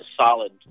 solid